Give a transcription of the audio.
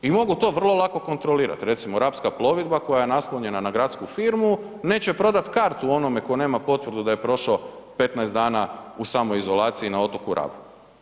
I mogu to vrlo lako kontrolirati, recimo Rapska plovidba koja je naslonjena na gradsku firmu neće prodati kartu onome tko nema potvrdu da je prošao 15 dana u samoizolaciji na otoku Rabu.